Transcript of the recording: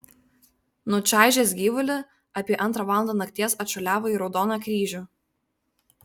nučaižęs gyvulį apie antrą valandą nakties atšuoliavo į raudoną kryžių